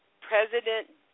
President